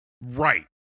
Right